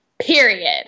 Period